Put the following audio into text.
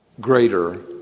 greater